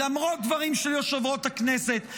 למרות דברים של יושב-ראש הכנסת,